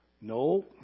No